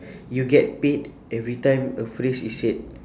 you get paid every time a phrase is said